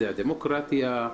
זה הדמוקרטיה,